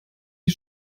die